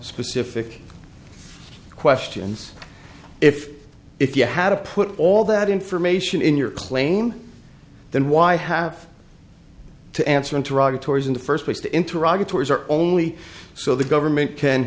specific questions if if you had to put all that information in your plane then why have to answer in toronto tours in the first place to interact tours are only so the government can